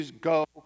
go